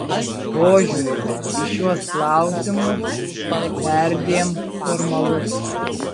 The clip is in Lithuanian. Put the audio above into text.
požiūris į šiuos klausimus perdėm formalus